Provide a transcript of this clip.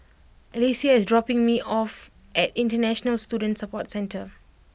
Alesia is dropping me off at International Student Support Centre